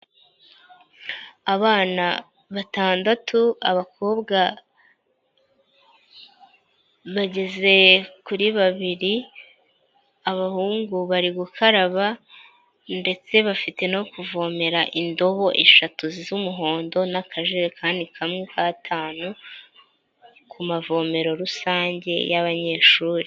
Abana batandatu abakobwa bageze kuri babiri, abahungu bari gukaraba, ndetse bafite no kuvomera indobo eshatu zisa umuhondo n'akajekani kamwe k'atanu, ku mavomero rusange y'abanyeshuri.